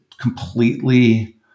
completely